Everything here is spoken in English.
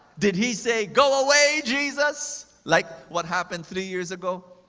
did he say, go away, jesus! like what happened three years ago?